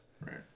Right